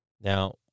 Now